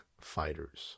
Fighters